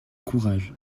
courage